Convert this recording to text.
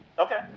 Okay